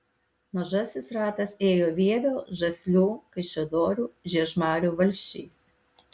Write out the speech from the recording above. mažasis ratas ėjo vievio žaslių kaišiadorių žiežmarių valsčiais